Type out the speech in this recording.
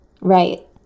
Right